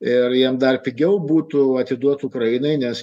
ir jiem dar pigiau būtų atiduot ukrainai nes